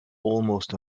almost